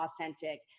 authentic